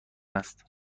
است